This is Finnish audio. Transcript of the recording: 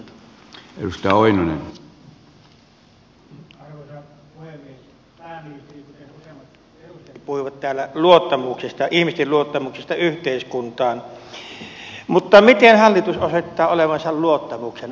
pääministeri kuten useimmat edustajatkin puhui täällä luottamuksesta ihmisten luottamuksesta yhteiskuntaan mutta miten hallitus osoittaa olevansa luottamuksen arvoinen